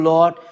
Lord